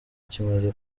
kimaze